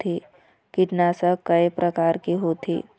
कीटनाशक कय प्रकार के होथे?